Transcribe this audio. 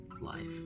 life